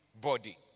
body